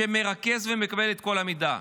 שמרכז ומקבל את כל המידע.